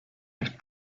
nicht